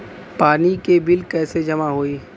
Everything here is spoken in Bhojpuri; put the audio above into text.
पानी के बिल कैसे जमा होयी?